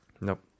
Nope